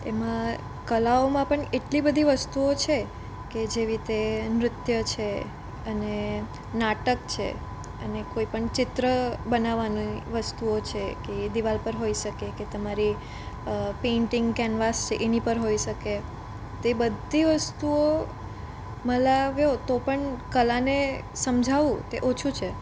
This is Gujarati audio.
એમાં કલાઓમાં પણ એટલી બધી વસ્તુઓ છે કે જેવી રીતે નૃત્ય છે અને નાટક છે અને કોઈ પણ ચિત્ર બનાવવાની વસ્તુઓ છે કે એ દિવાલ પર હોઈ શકે કે કે તમારી પેઇન્ટિંગ કેનવાસ છે એની પર હોય શકે તે બધી વસ્તુઓ મલાવો તો પણ કલાને સમજાવું તે ઓછું છે